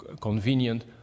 convenient